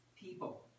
people